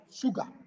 sugar